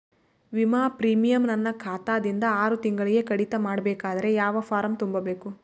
ವಿಮಾ ಪ್ರೀಮಿಯಂ ನನ್ನ ಖಾತಾ ದಿಂದ ಆರು ತಿಂಗಳಗೆ ಕಡಿತ ಮಾಡಬೇಕಾದರೆ ಯಾವ ಫಾರಂ ತುಂಬಬೇಕು?